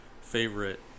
favorite